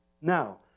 Now